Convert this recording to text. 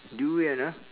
durian ah